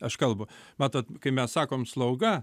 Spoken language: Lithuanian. aš kalbu matot kai mes sakom slauga